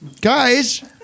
Guys